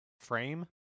frame